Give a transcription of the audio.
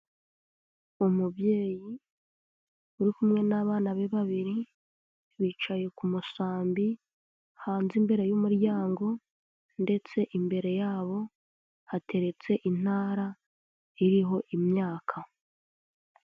Umubyeyi uri kumwe n'abana be babiri, bicaye ku musambi hanze imbere y'umuryango ndetse imbere yabo hateretse intara iriho imyaka.